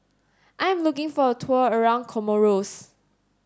I am looking for a tour around Comoros